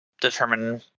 determine